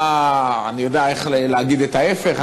אני יודע איך להגיד את ההפך?